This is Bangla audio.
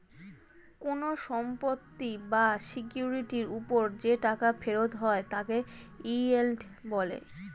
কোন সম্পত্তি বা সিকিউরিটির উপর যে টাকা ফেরত হয় তাকে ইয়েল্ড বলে